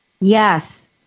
Yes